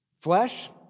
Flesh